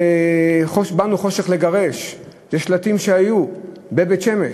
באנו חושך לגרש, אלה שלטים שהיו בבית-שמש.